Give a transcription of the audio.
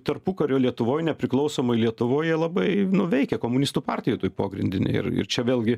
tarpukario lietuvoj nepriklausomoj lietuvoj jie labai nu veikė komunistų partijoj toj pogrindinėj ir ir čia vėlgi